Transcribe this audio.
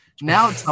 now